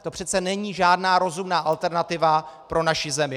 To přece není žádná rozumná alternativa pro naši zemi.